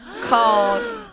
called